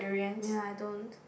ya I don't